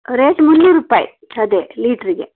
rate ಮುನ್ನೂರು ರೂಪಾಯಿ ಅದೇ ಲೀಟ್ರಿಗೆ